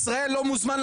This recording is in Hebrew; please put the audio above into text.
מישראל נוסעים לקפריסין,